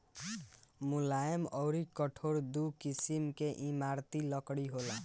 मुलायम अउर कठोर दू किसिम के इमारती लकड़ी होला